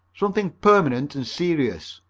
something permanent and serious.